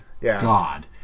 god